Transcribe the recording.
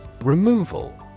Removal